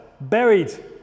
buried